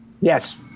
Yes